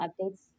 updates